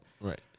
Right